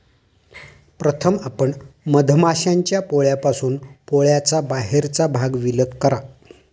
प्रथम आपण मधमाश्यांच्या पोळ्यापासून पोळ्याचा बाहेरचा भाग विलग करा